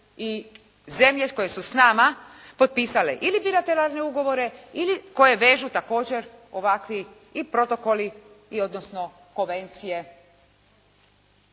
i zemlje koje su s nama potpisale ili bilateralne ugovore ili koje vežu također ovakvi i protokoli i odnosno konvencije.